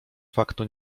faktu